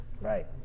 Right